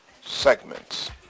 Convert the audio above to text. segments